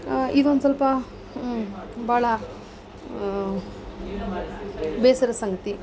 ಈಗ ಒಂದು ಸ್ವಲ್ಪ ಭಾಳ ಬೇಸರದ ಸಂಗತಿ